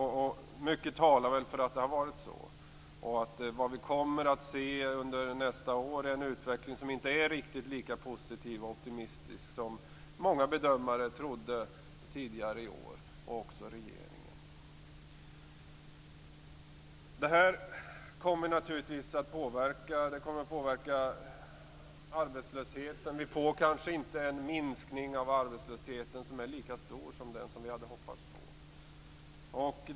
Mycket talar för att det har varit så. Vad vi kommer att se under nästa år är en utveckling som inte är riktigt lika positiv och optimistisk som många bedömare, och också regeringen, trodde tidigare i år. Detta kommer naturligtvis att påverka arbetslösheten. Vi får kanske inte en minskning av arbetslösheten som är lika stor som den som vi hade hoppats på.